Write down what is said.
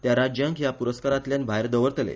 त्या राज्यांक ह्या पुरस्कारातल्यान भायर दवरतले